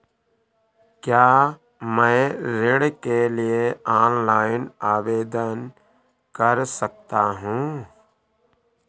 क्या मैं ऋण के लिए ऑनलाइन आवेदन कर सकता हूँ?